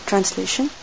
Translation